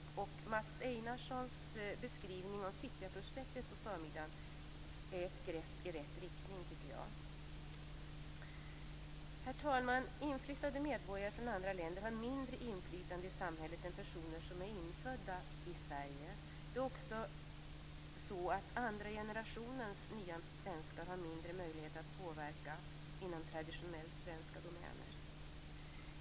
Jag tycker att Fittjaprojektet som beskrevs av Mats Einarsson på förmiddagen är ett steg i rätt riktning. Herr talman! Inflyttade medborgare från andra länder har mindre inflytande i samhället än personer som är infödda i Sverige. Det är också så att "nya svenskar av andra generationen" har mindre möjligheter att påverka inom "traditionellt svenska" domäner.